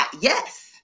yes